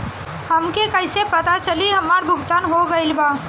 हमके कईसे पता चली हमार भुगतान हो गईल बा?